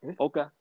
Okay